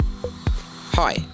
Hi